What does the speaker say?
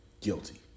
guilty